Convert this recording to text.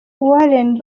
warren